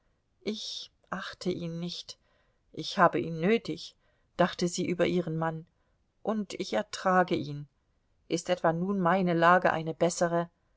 ich achte ihn nicht ich habe ihn nötig dachte sie über ihren mann und ich ertrage ihn ist etwa nun meine lage eine bessere